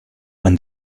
when